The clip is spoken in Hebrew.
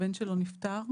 שהבן שלו נפטר.